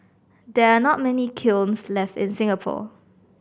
there are not many kilns left in Singapore